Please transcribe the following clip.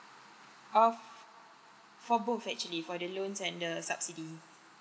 of for both actually for the loans and the subsidy